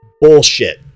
bullshit